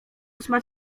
ósma